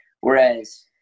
Whereas